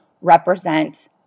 represent